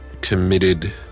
committed